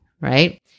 right